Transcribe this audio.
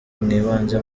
mwibaze